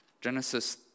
Genesis